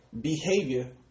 behavior